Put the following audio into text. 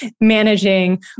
managing